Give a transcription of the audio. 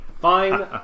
Fine